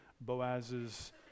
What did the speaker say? Boaz's